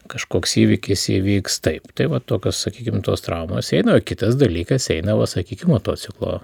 kažkoks įvykis įvyks taip tai va tokios sakykim tos traumos eina kitas dalykas eina va sakykim motociklo